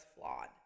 flawed